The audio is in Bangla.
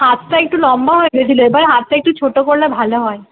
হাতটা একটু লম্বা হয়ে গেছিল এবার হাতটা একটু ছোট করলে ভালো হয়